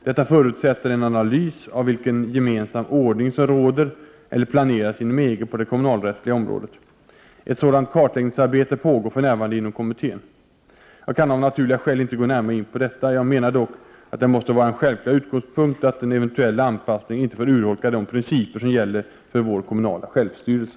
Detta förutsätter en analys av vilken gemensam ordning som råder eller planeras inom EG på det kommunalrättsliga området. Ett sådant kartläggningsarbete pågår för närvarande inom kommittén. Jag kan av naturliga skäl inte gå närmare in på detta. Jag menar dock att det måste vara en självklar utgångspunkt att en eventuell anpassning inte får urholka de principer som gäller för vår kommunala självstyrelse.